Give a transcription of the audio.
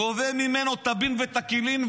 גובה ממנו טבין ותקילין,